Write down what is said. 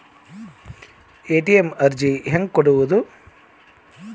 ATM ಅರ್ಜಿ ಹೆಂಗೆ ಕೊಡುವುದು?